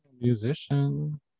Musician